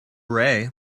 ray